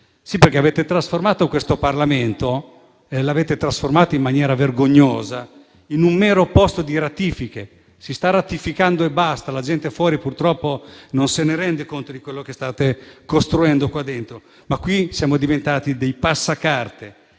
perché avete trasformato questo Parlamento, in maniera vergognosa, in un mero posto di ratifiche. Si sta ratificando e basta. La gente fuori purtroppo non si rende conto di quello che state costruendo qua dentro, ma qui siamo diventati dei passacarte.